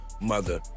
mother